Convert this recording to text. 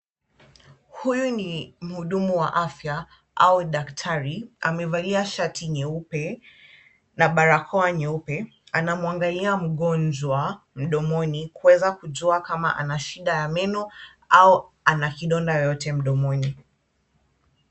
Huyu ni muhudumu wa afya au daktari. Amevalia shati nyeupe na barakoa nyeupe. Anamwangalia mgonjwa mdomoni kuweza kujua kama ana shida ya meno au ana kidonda yoyote mdomoni.